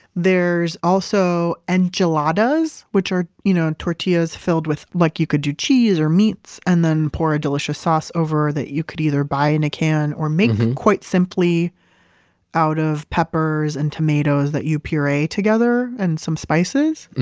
there's also enchiladas, which are you know tortillas filled with other. like you could do cheese or meats, and then pour a delicious sauce over that you could either buy in a can, or make quite simply out of peppers and tomatoes that you puree together and some spices,